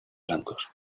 blancos